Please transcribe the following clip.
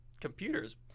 computer's